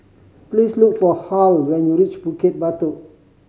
please look for Hal when you reach Bukit Batok